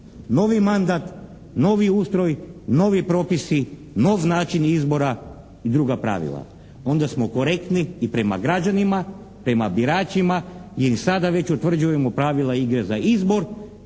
Novi mandat, novi ustroj, novi propisi, novi način izbora i druga pravila. Onda smo korektni i prema građanima, prema biračima i sada već utvrđujemo pravila igre za izbor,